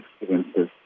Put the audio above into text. experiences